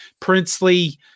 Princely